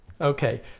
Okay